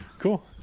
Cool